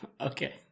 okay